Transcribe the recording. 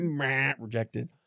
rejected